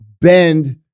Bend